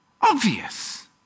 Obvious